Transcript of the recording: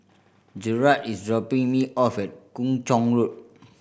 Gerhardt is dropping me off at Kung Chong Road